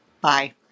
Bye